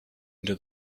into